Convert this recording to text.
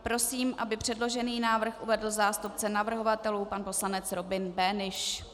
Prosím, aby předložený návrh uvedl zástupce navrhovatelů pan poslanec Robin Böhnisch.